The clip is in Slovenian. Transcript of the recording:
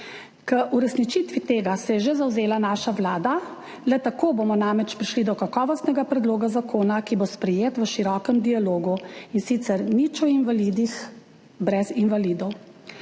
Za uresničitev tega se je že zavzela naša vlada. Le tako bomo namreč prišli do kakovostnega predloga zakona, ki bo sprejet v širokem dialogu, in sicer nič o invalidih brez invalidov.